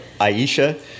Aisha